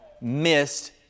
missed